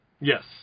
Yes